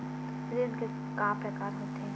ऋण के प्रकार के होथे?